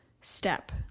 step